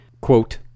quote